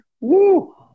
Woo